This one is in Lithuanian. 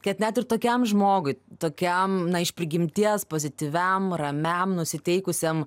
kad net ir tokiam žmogui tokiam na iš prigimties pozityviam ramiam nusiteikusiam